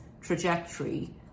trajectory